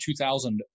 2000